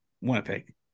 Winnipeg